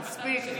מספיק.